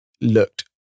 looked